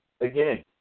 again